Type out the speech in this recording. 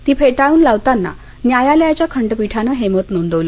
ती फेटाळून लावताना न्यायालयाच्या खंडपीठानं हे मत नोंदवलं